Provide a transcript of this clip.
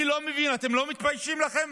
אני לא מבין, אתם לא מתביישים לכם?